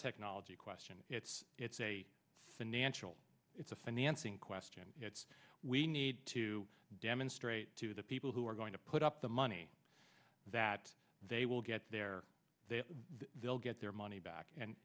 technology question it's it's a financial it's a financing question it's we need to demonstrate to the people who are going to put up the money that they will get there they will get their money back and